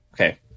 Okay